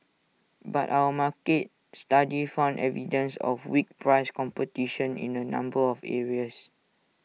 but our market study found evidence of weak price competition in A number of areas